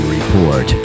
Report